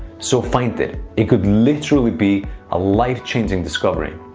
so find it. it could literally be a life-changing discovery.